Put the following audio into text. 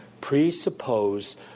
presuppose